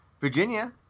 Virginia